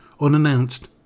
unannounced